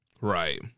right